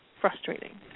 frustrating